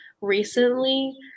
recently